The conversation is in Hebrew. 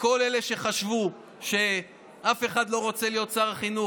לכל אלה שחשבו שאף אחד לא רוצה להיות שר החינוך,